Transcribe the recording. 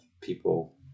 people